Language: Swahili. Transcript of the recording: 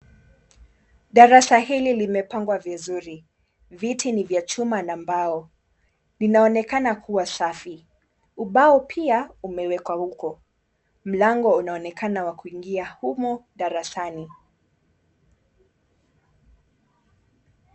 Darasa hili limepangwa vizuri. Viti ni vya chuma na mbao. Linaonekana kuwa safi. Ubao pia umewekwa huko. Mlango unaonekana wa kuingia humo darasani.